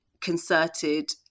concerted